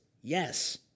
Yes